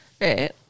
Right